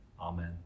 Amen